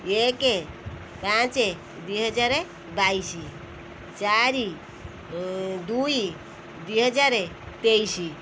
ଏକ ପାଞ୍ଚେ ଦୁଇହଜାର ବାଇଶି ଚାରି ଦୁଇ ଦୁଇହଜାର ତେଇଶି